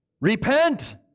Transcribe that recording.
Repent